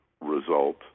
result